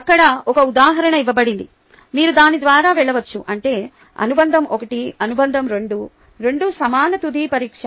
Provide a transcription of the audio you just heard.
అక్కడ ఒక ఉదాహరణ ఇవ్వబడింది మీరు దాని ద్వారా వెళ్ళవచ్చు అంటే అనుబంధం 1 అనుబంధం 2 2 నమూనా తుది పరీక్ష